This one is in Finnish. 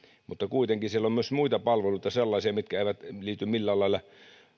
mutta kuitenkin siellä on myös muita palveluita sellaisia mitkä eivät liity millään lailla